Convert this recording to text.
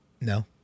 No